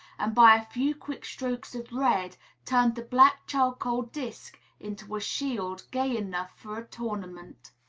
and by a few quick strokes of red turned the black charcoal disk into a shield gay enough for a tournament.